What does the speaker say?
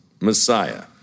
Messiah